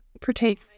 partake